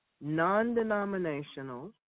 non-denominational